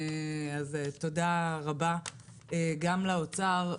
אז תודה רבה גם לאוצר,